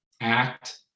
act